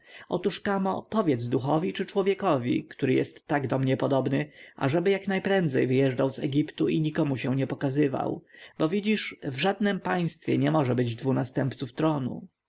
otóż kamo powiedz duchowi czy człowiekowi który jest tak do mnie podobny ażeby jak najprędzej wyjechał z egiptu i nikomu się nie pokazywał bo widzisz w żadnem państwie nie może być dwu następców tronu